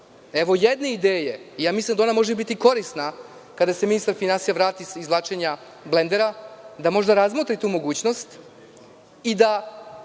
jedne ideje i mislim da ona može biti korisna kada se ministar finansija vrati sa izvlačenja blendera, da možda razmotri tu mogućnost i da